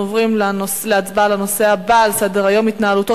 אנחנו עוברים להצבעה על הנושא הבא על סדר-היום: התנהלותו